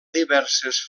diverses